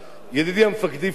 ידידי מפקדי פואד,